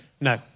No